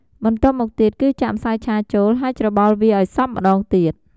បន្ទាប់មកទៀតគឺចាក់ម្សៅឆាចូល ហើយច្របល់វាឱ្យសព្វម្ដងទៀត។